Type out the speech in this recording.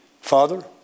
Father